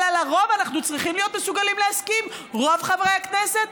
אבל על הרוב אנחנו צריכים להיות מסוגלים להסכים רוב חברי הכנסת,